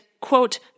quote